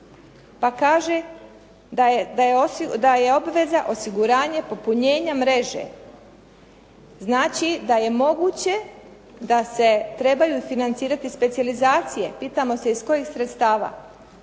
pa kaže da je obveza osiguranje popunjenja mreže, znači da je moguće da se trebaju financirati specijalizacije, pitamo se iz kojih sredstava.